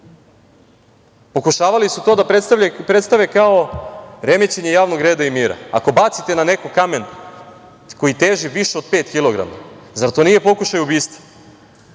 Pokušavali su to da predstave kao remećenje javnog reda i mira. Ako bacite na nekog kamen koji teži više od pet kilograma, zar to nije pokušaj ubistva? Prošlo